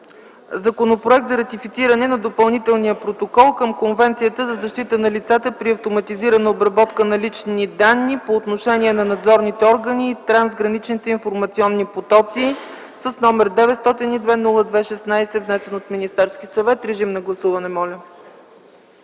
Законопроект за ратифициране на Допълнителния протокол към Конвенцията за защита на лицата при автоматизирана обработка на лични данни, по отношение на надзорните органи и трансграничните информационни потоци, № 902-02-16, внесен от Министерския съвет. Гласували